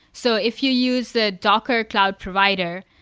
so if you use the docker cloud provider,